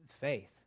faith